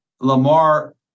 Lamar